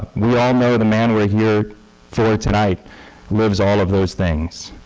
we all know the man right here for tonight lives all of those things.